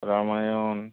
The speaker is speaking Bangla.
রামায়ণ